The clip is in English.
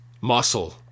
muscle